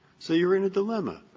so you're in a dilemma.